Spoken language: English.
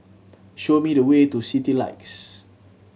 show me the way to Citylights